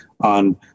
on